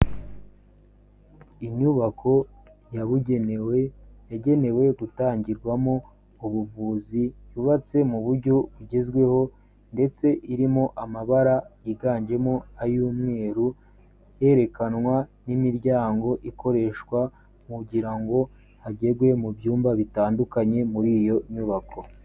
Inyubako yabugenewe yagenewe gutangirwamo ubuvuzi yubatse mu buryo bugezweho ndetse irimo amabara yiganjemo ay'umweru, yerekanwa n'imiryango ikoreshwa kugira ngo hagerwe mu byumba bitandukanye muri iyo nyubako.